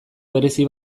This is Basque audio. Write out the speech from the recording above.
berezi